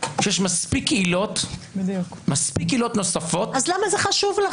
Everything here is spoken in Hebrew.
שיש מספיק עילות נוספות --- אז למה זה חשוב לכם?